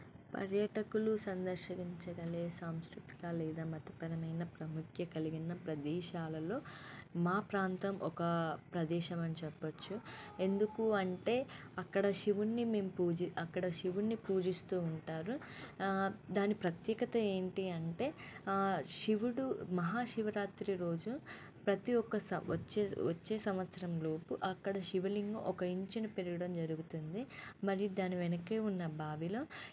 పర్యటకులు సందర్శించగల సాంస్కృతిక లేదా మతపరమైన ప్రాముఖ్య కలిగిన ప్రదేశాలలో మా ప్రాంతం ఒక ప్రదేశం అని చెప్పచ్చు ఎందుకు అంటే అక్కడ శివుణ్ణి మేము పూజి అక్కడ శివుణ్ణి పూజిస్తూ ఉంటారు దాని ప్రత్యేకత ఏంటి అంటే శివుడు మహా శివరాత్రి రోజు ప్రతి ఒక్క సంవ వచ్చే వచ్చే సంవత్సరంలోపు అక్కడ శివలింగం ఒక ఇంచు పెరగడం జరుగుతుంది మరియు దాని వెనకే ఉన్న బావిల